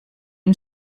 une